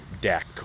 deck